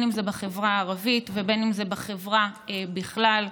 אם זה בחברה הערבית ואם זה בחברה בכלל.